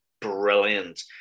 brilliant